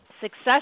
Success